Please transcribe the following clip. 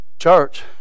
church